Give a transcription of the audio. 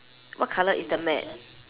what colour is the mat